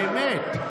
באמת.